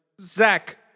Zach